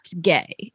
gay